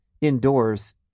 indoors